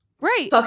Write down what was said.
right